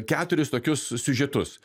keturis tokius siužetus